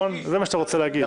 זה מה שאתה רוצה להגיד.